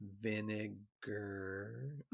vinegar